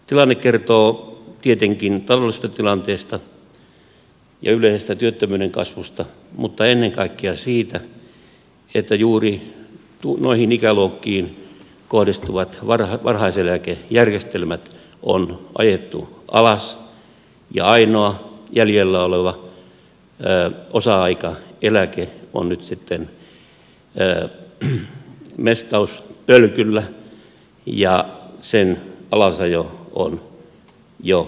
tilanne kertoo tietenkin taloudellisesta tilanteesta ja yleisestä työttömyyden kasvusta mutta ennen kaikkea siitä että juuri noihin ikäluokkiin kohdistuvat varhaiseläkejärjestelmät on ajettu alas ja ainoa jäljellä oleva osa aikaeläke on nyt sitten mestauspölkyllä ja sen alasajo on jo käynnissä